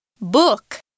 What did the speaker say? Book